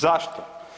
Zašto?